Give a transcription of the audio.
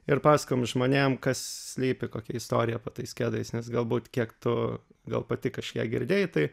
ir pasakojom žmonėm kas slypi kokia istorija po tais kedais nes galbūt kiek tu gal pati kažkiek girdėjai tai